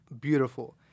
beautiful